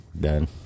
done